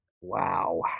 Wow